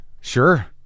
sure